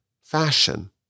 fashion